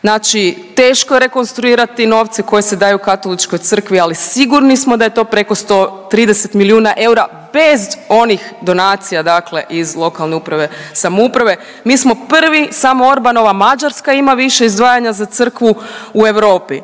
znači teško je rekonstruirati novce koji se daju Katoličkoj crkvi, ali sigurni smo da je to preko 130 milijuna eura bez onih donacija dakle iz lokalne uprave i samouprave. Mi smo prvi, samo Orbanova Mađarska ima više izdvajanja za crkvu u Europi.